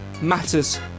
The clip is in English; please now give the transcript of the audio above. matters